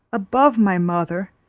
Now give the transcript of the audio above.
above my mother,